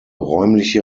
räumliche